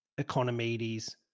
Economides